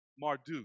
Marduk